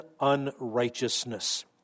unrighteousness